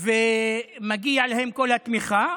ומגיעה להם כל התמיכה.